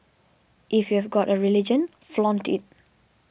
if you've got a religion flaunt it